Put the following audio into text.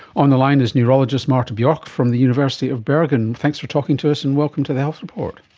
on the line is neurologist marte bjork from the university of bergen. thanks for talking to us and welcome to the health report.